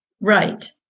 Right